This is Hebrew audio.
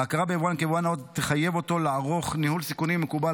ההכרה ביבואן כיבואן נאות תחייב אותו לערוך ניהול סיכונים מקובל,